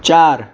चार